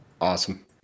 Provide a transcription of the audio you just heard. Awesome